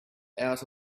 out